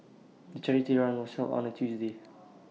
the charity run was held on A Tuesday